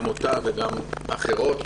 גם אותה וגם אחרות,